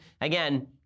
Again